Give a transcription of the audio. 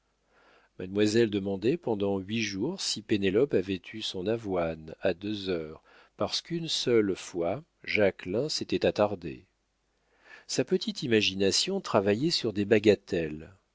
mademoiselle demandait pendant huit jours si pénélope avait eu son avoine à deux heures parce qu'une seule fois jacquelin s'était attardé sa petite imagination travaillait sur des bagatelles